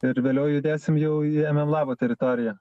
ir vėliau judėsim jau į em em labo teritoriją